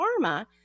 pharma